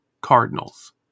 Cardinals